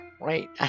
right